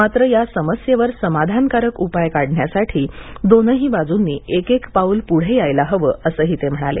मात्र या समस्येवर समाधानकारक उपाय काढण्यासाठी दोनही बाजूंनी एकेक पाऊल पुढे यायला हवं असंही ते म्हणाले